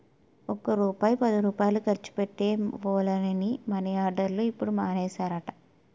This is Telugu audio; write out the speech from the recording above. ఒక్క రూపాయి పదిరూపాయలు ఖర్చు పెట్టే వోళ్లని మని ఆర్డర్లు ఇప్పుడు మానేసారట